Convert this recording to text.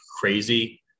crazy